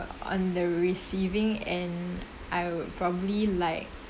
on the receiving end I'll probably like